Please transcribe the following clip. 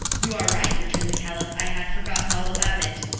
you are right, returned the caliph, i had forgotten all about it.